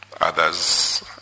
others